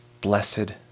Blessed